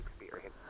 experience